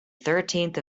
thirteenth